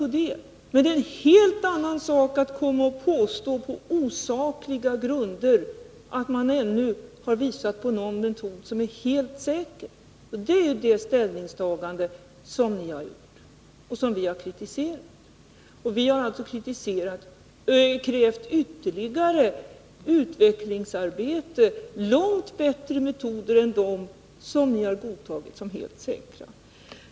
Det är en helt annan sak att på osakliga grunder påstå att man har funnit en metod som är helt säker, vilket är det ställningstagande som ni har gjort och som vi har kritiserat. Vi har alltså för vår del krävt ytterligare utvecklingsarbete och långt bättre metoder än dem som ni har godtagit som helt säkra.